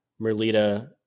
Merlita